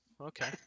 Okay